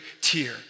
tear